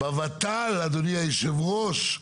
ב-ות"ל אדוני יושב הראש.